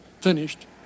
finished